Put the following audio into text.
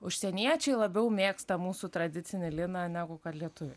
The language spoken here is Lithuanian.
užsieniečiai labiau mėgsta mūsų tradicinį liną negu kad lietuviai